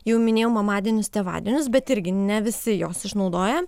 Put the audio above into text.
jau minėjom mamadienius tėvadienius bet irgi ne visi juos išnaudoja